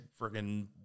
Freaking